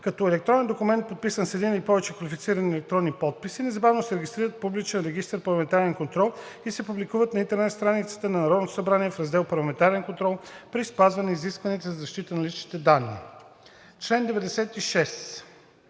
като електронен документ, подписан с един или повече квалифицирани електронни подписи, незабавно се регистрират в публичен регистър „Парламентарен контрол“ и се публикуват на интернет страницата на Народното събрание в раздел „Парламентарен контрол“ при спазване изискванията за защита на личните данни.“ По чл.